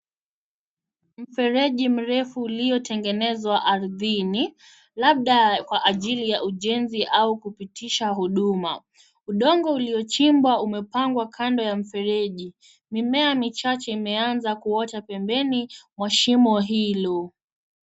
Mfereji mrefu uliotengenezwa ardhini labda kwa ajili ya ujenzi au kupitisha huduma. Udongo uliochimbwa umepangwa kando ya mfereji. Mimea michache imeanza kuota pembeni mwa shimo hilo.